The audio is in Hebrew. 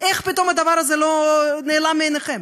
איך פתאום הדבר הזה לא נעלם מעיניכם?